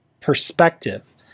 perspective